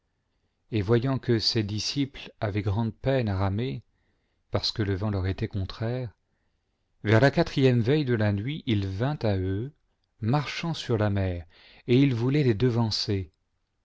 et voyant que ses disciples avaient grande peine à ramer parce que le vent leur était contraire vers la quatrième veille de la nuit il vint à eux marchant sur la mer et il voulait les devancer